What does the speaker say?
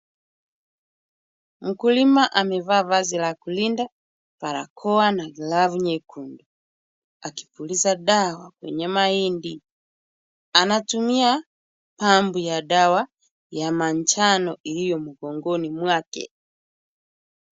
Mkulima amevaa vazi la kulinda , barakoa na glavu nyekundu akipuliza dawa kwenye mahindi anatumia pampu ya dawa ya manjano iliyo mgongoni mwake.